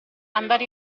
andare